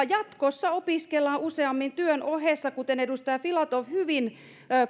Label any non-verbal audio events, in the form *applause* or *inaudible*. *unintelligible* jatkossa opiskellaan useammin työn ohessa kuten edustaja filatov hyvin